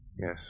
Yes